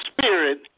Spirit